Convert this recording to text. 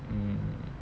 mm